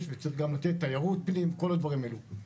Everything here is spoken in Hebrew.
וצריך גם לתת תיירות פנים וכל הדברים האלה.